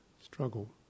struggle